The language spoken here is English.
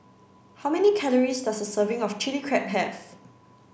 how many calories does a serving of chilli Crab have